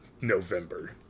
November